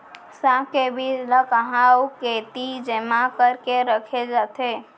साग के बीज ला कहाँ अऊ केती जेमा करके रखे जाथे?